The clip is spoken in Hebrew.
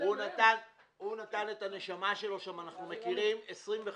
הוא נתן את הנשמה שלו שם ואנחנו מכירים 25 שנים.